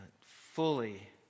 fully